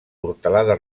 portalada